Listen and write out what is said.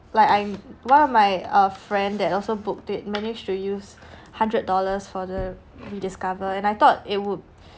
like I'm one of my uh friend that also book it manage to use hundred dollars for the rediscover and I thought it would